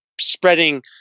spreading